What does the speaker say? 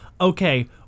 okay